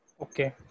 Okay